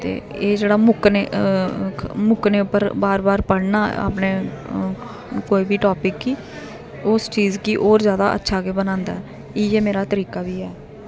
ते एह् जेह्ड़ा मुक्कने मुक्कने उप्पर बार बार पढ़ना अपने कोई बी टॉपिक गी उस चीज़ गी होर जादा अच्छा गै बनांदा ऐ इ'यै मेरा तरीका बी ऐ